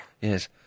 Yes